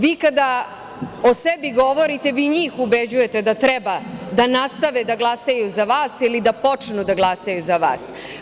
Vi kada o sebi govorite, vi njih ubeđujete da treba da nastave da glasaju za vas ili da počnu da glasaju za vas.